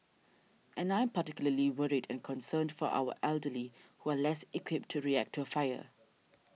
and I'm particularly worried and concerned for our elderly who are less equipped to react to a fire